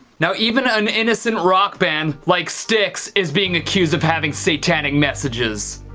now even an innocent rock band like styx is being accused of having satanic messages.